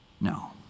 No